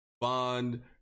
bond